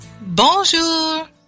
Bonjour